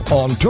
on